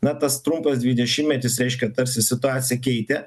na tas trumpas dvidešimtmetis reiškia tarsi situaciją keitė